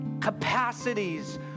capacities